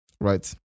right